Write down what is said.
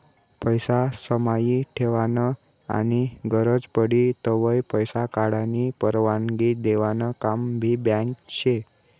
पैसा समाई ठेवानं आनी गरज पडी तव्हय पैसा काढानी परवानगी देवानं काम भी बँक शे